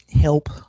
help